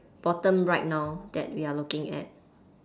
bottom right now that we are looking at